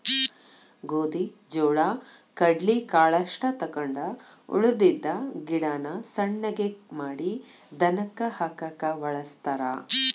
ಗೋದಿ ಜೋಳಾ ಕಡ್ಲಿ ಕಾಳಷ್ಟ ತಕ್ಕೊಂಡ ಉಳದಿದ್ದ ಗಿಡಾನ ಸಣ್ಣಗೆ ಮಾಡಿ ದನಕ್ಕ ಹಾಕಾಕ ವಳಸ್ತಾರ